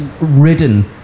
ridden